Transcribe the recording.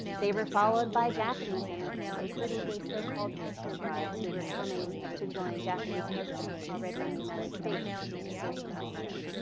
they were followed by japanese immigrants including the so called picture brides who were coming to join japanese husbands already in the united states and san francisco.